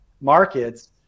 markets